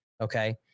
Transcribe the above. Okay